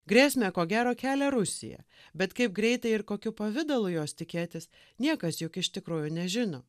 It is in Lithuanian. grėsmę ko gero kelia rusija bet kaip greitai ir kokiu pavidalu jos tikėtis niekas juk iš tikrųjų nežino